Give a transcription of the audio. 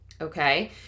okay